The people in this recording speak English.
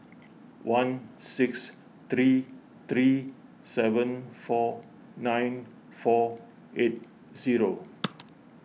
one six three three seven four nine four eight zero